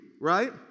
right